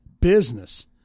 business